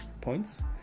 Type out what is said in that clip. points